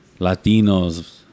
Latinos